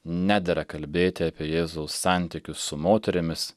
nedera kalbėti apie jėzaus santykius su moterimis